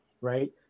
right